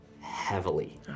heavily